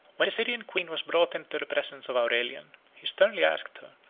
when the syrian queen was brought into the presence of aurelian, he sternly asked her,